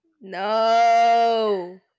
no